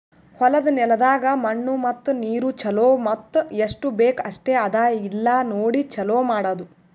ಹೊಲದ ನೆಲದಾಗ್ ಮಣ್ಣು ಮತ್ತ ನೀರು ಛಲೋ ಮತ್ತ ಎಸ್ಟು ಬೇಕ್ ಅಷ್ಟೆ ಅದಾ ಇಲ್ಲಾ ನೋಡಿ ಛಲೋ ಮಾಡದು